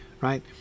right